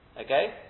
Okay